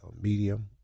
medium